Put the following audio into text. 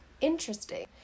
Interesting